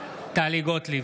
טלי גוטליב,